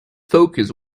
focus